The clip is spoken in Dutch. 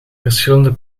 verschillende